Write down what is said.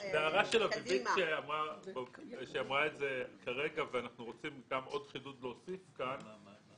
זו הערה של אביבית ואנחנו רוצים להוסיף כאן עוד חידוד.